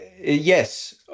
yes